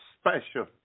special